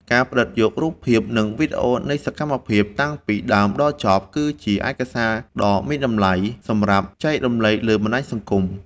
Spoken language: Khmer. ការផ្ដិតយករូបភាព និងវីដេអូនៃសកម្មភាពតាំងពីដើមដល់ចប់ គឺជាឯកសារដ៏មានតម្លៃសម្រាប់ចែករំលែកលើបណ្ដាញសង្គម។